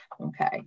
okay